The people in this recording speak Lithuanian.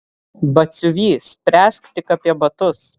batsiuvy spręsk tik apie batus